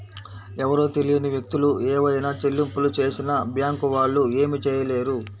ఎవరో తెలియని వ్యక్తులు ఏవైనా చెల్లింపులు చేసినా బ్యేంకు వాళ్ళు ఏమీ చేయలేరు